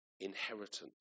Inheritance